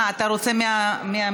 אתה רוצה מהמיקרופון?